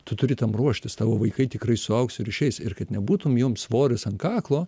tu turi tam ruoštis tavo vaikai tikrai suaugs ir išeis ir kad nebūtum jiem svoris ant kaklo